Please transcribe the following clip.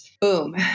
boom